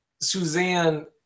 Suzanne